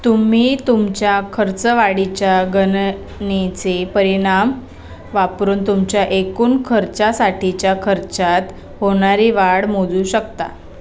तुम्ही तुमच्या खर्च वाढीच्या गणनेचे परिणाम वापरून तुमच्या एकून खर्चासाठीच्या खर्चात होणारी वाढ मोजू शकता